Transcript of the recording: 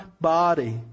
body